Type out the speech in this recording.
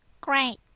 Great